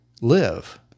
live